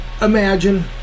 Imagine